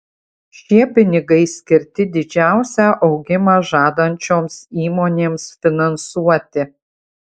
šie pinigai skirti didžiausią augimą žadančioms įmonėms finansuoti